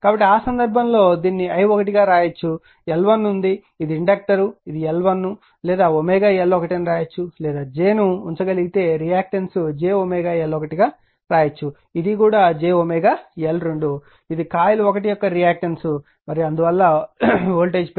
కాబట్టి ఆ సందర్భంలో దీనిని i1 గా వ్రాయవచ్చు L1 ఉంది ఇది ఇండక్టర్ ఇది L1 లేదా L1 అని వ్రాయవచ్చు లేదా j ను ను ఉంచగలిగితే రియాక్టన్స్ j L1 అని వ్రాయవచ్చు ఇది కూడా jL2 ఇది కాయిల్ 1 యొక్క రియాక్టెన్స్ మరియు అందువల్ల వోల్టేజ్ ప్రేరేపిస్తుంది